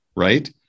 right